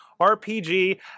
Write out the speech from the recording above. RPG